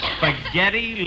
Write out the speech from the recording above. Spaghetti